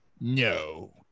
No